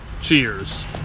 Cheers